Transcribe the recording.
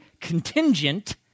contingent